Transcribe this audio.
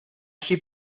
allí